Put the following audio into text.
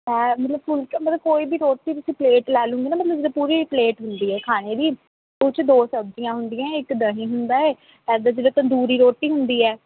ਹੈ ਮਤਲਬ ਪੂਰੀ ਮਤਲਬ ਕੋਈ ਵੀ ਤੁਸੀਂ ਪਲੇਟ ਲੈ ਲੂੰਗੇ ਨਾ ਮਤਲਬ ਜਿੱਦਾਂ ਪੂਰੀ ਪਲੇਟ ਹੁੰਦੀ ਹੈ ਖਾਣੇ ਦੀ ਉਸ 'ਚ ਦੋ ਸਬਜ਼ੀਆਂ ਹੁੰਦੀਆਂ ਇੱਕ ਦਹੀਂ ਹੁੰਦਾ ਹੈ ਐਦਾਂ ਜਿੱਦਾਂ ਤੰਦੂਰੀ ਰੋਟੀ ਹੁੰਦੀ ਹੈ